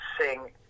sing